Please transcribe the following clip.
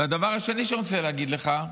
והדבר השני שאני רוצה להגיד לך,